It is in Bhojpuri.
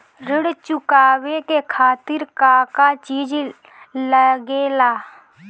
ऋण चुकावे के खातिर का का चिज लागेला?